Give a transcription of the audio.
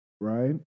Right